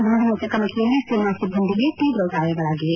ಗುಂಡಿನ ಚಕಮಕಿಯಲ್ಲಿ ಸೇನಾ ಸಿಬ್ಬಂದಿಗೆ ತೀವ್ರ ಗಾಯಗಳಾಗಿದೆ